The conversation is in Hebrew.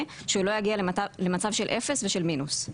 שהוא לא יגיע למצב של אפס ושל מינוס.